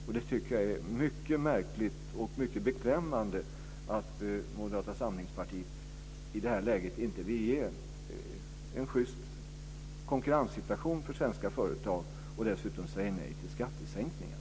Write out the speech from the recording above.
Jag tycker att det är mycket märkligt och mycket beklämmande att Moderata samlingspartiet i detta läge inte vill ge en schyst konkurrenssituation för svenska företag och att de dessutom säger nej till skattesänkningar.